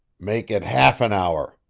make it half an hour,